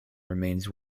remains